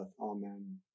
Amen